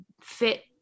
fit